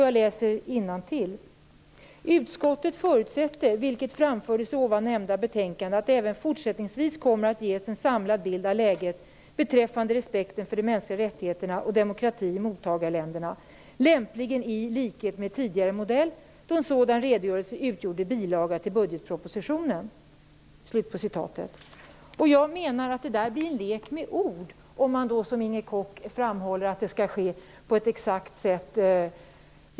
Jag läser innantill: "Utskottet förutsätter, vilket framfördes i ovan nämnda betänkande, att det även fortsättningsvis kommer att ges en samlad bild av läget beträffande respekten för de mänskliga rättigheterna och demokrati i mottagarländerna, lämpligen i likhet med tidigare modell då en sådan redogörelse utgjorde bilaga till budgetpropositionen." Jag menar att det blir en lek med ord om man som Inger Koch framhåller att det skall ske på ett exakt sätt.